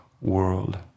world